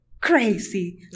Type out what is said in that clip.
crazy